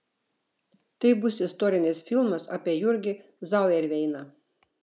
tai bus istorinis filmas apie jurgį zauerveiną